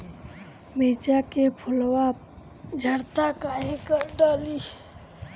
मिरचा के फुलवा झड़ता काहे का डाली?